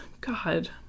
God